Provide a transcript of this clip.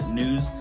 news